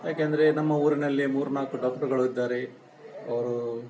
ಯಾಕೆಂದರೆ ನಮ್ಮ ಊರಿನಲ್ಲಿ ಮೂರು ನಾಲ್ಕು ಡಾಕ್ಟ್ರುಗಳು ಇದ್ದಾರೆ ಅವರೂ